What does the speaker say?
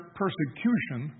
persecution